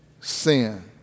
sin